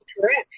correct